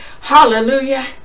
hallelujah